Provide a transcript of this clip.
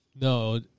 No